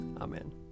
Amen